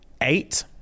eight